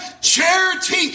Charity